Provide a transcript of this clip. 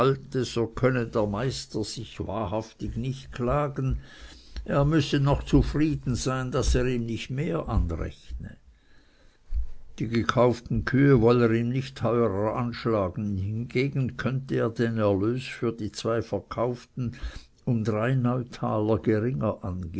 könne der meister sich wahrhaftig nicht klagen er müsse noch zufrieden sein daß er ihm nicht mehr anrechne die gekauften kühe wolle er ihm nicht teurer anschlagen hingegen könne er den erlös für die zwei verkauften um drei neutaler geringer